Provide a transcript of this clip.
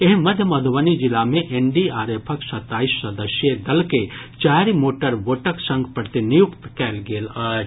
एहि मध्य मधुबनी जिला मे एनडीआरएफक सताईस सदस्यीय दल के चारि मोटरवोटक संग प्रतिनियुक्त कयल गेल अछि